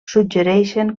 suggereixen